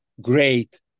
great